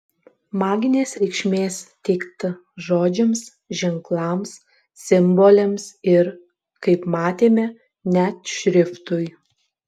maginės reikšmės teikta žodžiams ženklams simboliams ir kaip matėme net šriftui